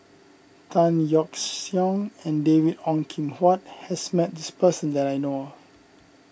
Tan Yeok Seong and David Ong Kim Huat has met this person that I know of